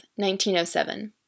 1907